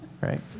right